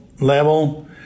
level